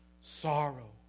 sorrow